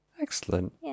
Excellent